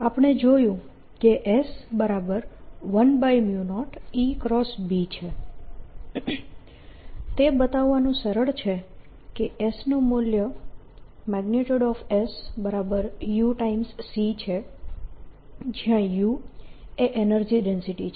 આપણે જોયું કે S10EB છે તે બતાવવાનું સરળ છે કે S નું મૂલ્ય Su c છે જ્યા u એ એનર્જી ડેન્સિટી છે